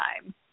time